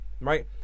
right